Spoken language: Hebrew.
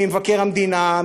ממבקר המדינה,